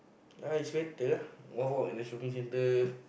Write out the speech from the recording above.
uh it's better ah walk walk in the shopping centre